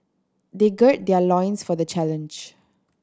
they gird their loins for the challenge